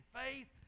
faith